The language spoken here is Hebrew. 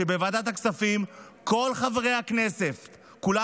שבוועדת הכספים כל חברי הכנסת כולם